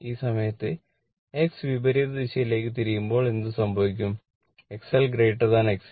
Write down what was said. ആ സമയത്ത് X വിപരീത ദിശയിലേക്ക് തിരിയുമ്പോൾ എന്ത് സംഭവിക്കും XL XC